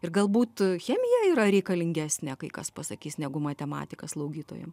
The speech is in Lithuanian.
ir galbūt chemija yra reikalingesnė kai kas pasakys negu matematika slaugytojam